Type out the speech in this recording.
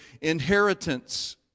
inheritance